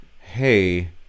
hey